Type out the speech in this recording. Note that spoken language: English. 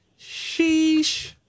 sheesh